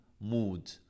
mood